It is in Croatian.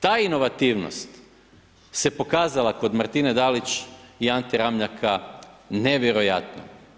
Ta inovativnost, se pokazala kod Martine Dalić i Ante Ramljaka nevjerojatno.